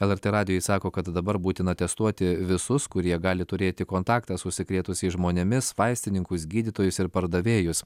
lrt radijui sako kad dabar būtina testuoti visus kurie gali turėti kontaktą su užsikrėtusiais žmonėmis vaistininkus gydytojus ir pardavėjus